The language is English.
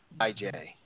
IJ